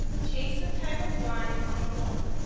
change the type of lines on a form.